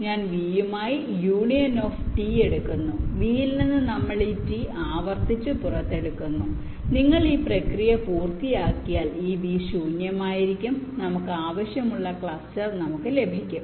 നമ്മൾ V യുമായി union of t എടുക്കുന്നു Vയിൽ നിന്ന് നമ്മൾ ഈ t ആവർത്തിച്ച് പുറത്തെടുക്കുന്നു നിങ്ങൾ ഈ പ്രക്രിയ പൂർത്തിയാക്കിയാൽ ഈ V ശൂന്യമായിരിക്കും നമുക്ക് ആവശ്യമുള്ള ക്ലസ്റ്റർ നമുക്ക് ലഭിക്കും